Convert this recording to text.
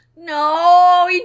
No